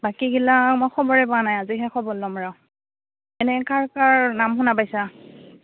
বাকীগিলা মই খবৰে পোৱা নাই আজিহে খবৰ ল'ম ৰহ্ এনে কাৰ কাৰ নাম শুনা পাইছা